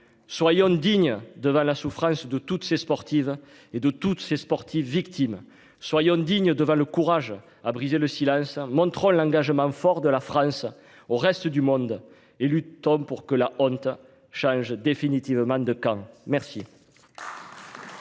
Soyons dignes devant la souffrance de toutes ces sportive et de toutes ces sportifs victimes soyons dignes devant le courage à briser le silence, montrant l'engagement fort de la France au reste du monde et élu Tom pour que la honte change définitivement de Camp Mercier.